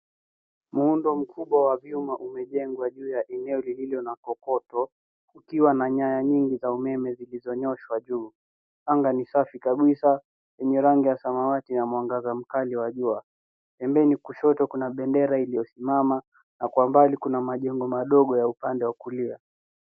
Muundo mkubwa wa vyuma umejengwa juu ya eneo lililo na kokoto ukiwa na nyaya nyingi za umeme zilizonyoshwa juu anga ni safi kabisa yenye rangi ya samawati ya mwangaza mkali wa jua pembeni kushoto kuna bendera iliyosimama na kwa mbali kuna majengo madogo ya upande wa kulia.